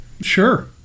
Sure